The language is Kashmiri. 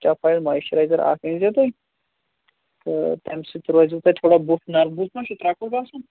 سٔٹافۄیِل مۄیسچٔرایزَر اَکھ أنۍ زیٚو تُہۍ تہٕ تَمہِ سۭتۍ روزیو تۄہہِ تھوڑا بُتھ نَرمٕے بُتھ ما چھُ ترٛکُر باسُن